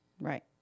Right